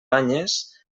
banyes